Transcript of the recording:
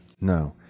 No